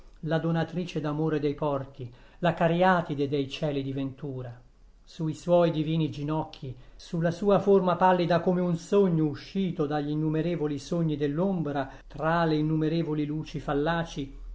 la donatrice d'amore dei porti la cariatide dei cieli di ventura sui suoi divini ginocchi sulla sua forma pallida come un sogno uscito dagli innumerevoli sogni dell'ombra tra le innumerevoli luci fallaci